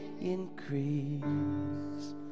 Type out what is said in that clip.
increase